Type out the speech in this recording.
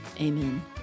Amen